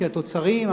כי התוצרים,